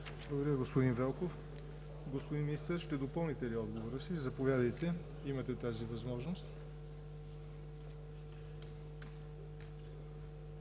Благодаря, господин Велков. Господин Министър, ще допълнителните ли отговора си? Заповядайте, имате тази възможност.